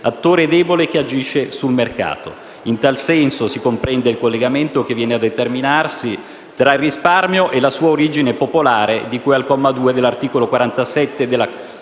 attore debole che agisce sul mercato. In tal senso, si comprende il collegamento che viene a determinarsi tra il risparmio e la sua origine popolare di cui al comma 2 dell'articolo 47 della